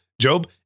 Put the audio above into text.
Job